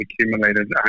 accumulated